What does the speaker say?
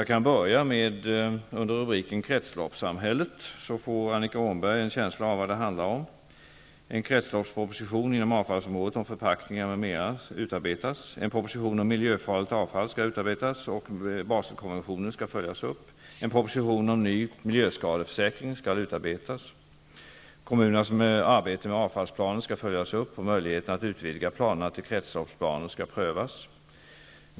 Jag kan börja med att under rubriken ''kretsloppssamhället'' nämna något som är på gång, för att Annika Åhnberg skall få en känsla av vad det handlar om: en kretsloppsproposition inom avfallsområdet när det gäller förpackningar m.m. håller på att utarbetas, en proposition om miljöfarligt avfall skall utarbetas och Baselkonventionen skall följas upp, en proposition om ny miljöskadeförsäkring skall utarbetas, kommunernas arbete med avfallsplanen skall följas upp och möjligheterna att utvidga planerna till kretsloppsbanor skall prövas.